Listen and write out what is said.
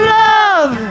love